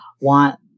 want